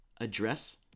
address